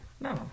No